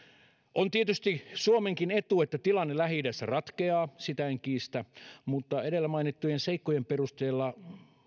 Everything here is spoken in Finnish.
on tietysti suomenkin etu että tilanne lähi idässä ratkeaa sitä en kiistä mutta edellä mainittujen seikkojen perusteella